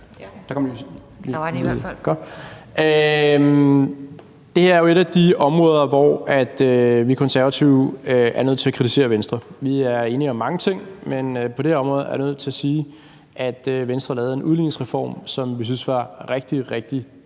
er jo et af de områder, hvor vi Konservative er nødt til at kritisere Venstre. Vi er enige om mange ting, men på det her område er jeg nødt til at sige, at Venstre lavede en udligningsreform, som vi synes er rigtig, rigtig